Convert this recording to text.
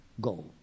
go